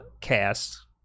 cast